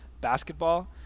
basketball